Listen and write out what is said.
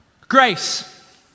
Grace